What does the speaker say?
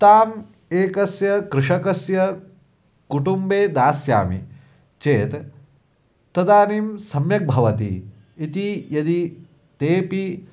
ताम् एकस्य कृषकस्य कुटुम्बे दास्यामि चेत् तदानीं सम्यग्भवति इति यदि तेपि